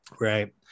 right